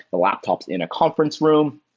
the laptop is in a conference room,